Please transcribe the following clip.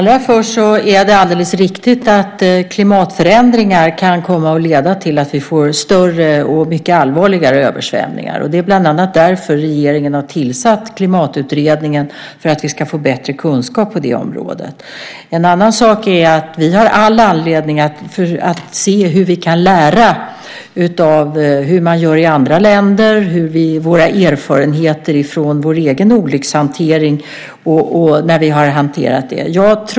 Fru talman! Det är alldeles riktigt att klimatförändringar kan komma att leda till att vi får större och mycket allvarligare översvämningar. Det är bland annat därför regeringen har tillsatt Klimatutredningen, för att vi ska få bättre kunskap på det området. En annan sak är att vi har all anledning att se hur vi kan lära av hur man gör i andra länder, hur våra erfarenheter är ur vår egen olyckshantering.